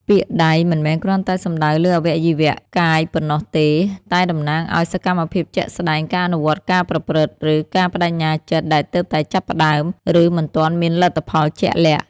ពាក្យ "ដៃ" មិនមែនគ្រាន់តែសំដៅលើអវយវៈកាយប៉ុណ្ណោះទេ តែតំណាងឱ្យ សកម្មភាពជាក់ស្តែង ការអនុវត្ត ការប្រព្រឹត្ត ឬ ការប្ដេជ្ញាចិត្តដែលទើបតែចាប់ផ្ដើម ឬមិនទាន់មានលទ្ធផលជាក់លាក់។